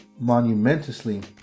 monumentously